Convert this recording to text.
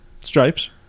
stripes